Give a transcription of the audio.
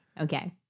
Okay